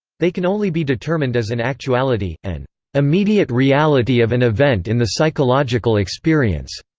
they can only be determined as an actuality, an immediate reality of an event in the psychological experience.